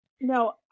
no